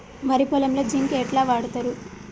వరి పొలంలో జింక్ ఎట్లా వాడుతరు?